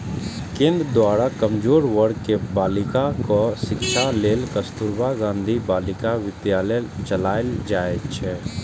केंद्र द्वारा कमजोर वर्ग के बालिकाक शिक्षा लेल कस्तुरबा गांधी बालिका विद्यालय चलाएल जाइ छै